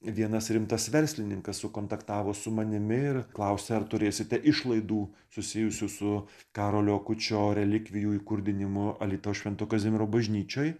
vienas rimtas verslininkas sukontaktavo su manimi ir klausė ar turėsite išlaidų susijusių su karolio akučio relikvijų įkurdinimu alytaus švento kazimiero bažnyčioj